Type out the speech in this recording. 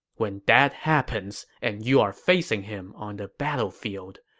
when that happens and you are facing him on the battlefield,